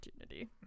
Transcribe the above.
opportunity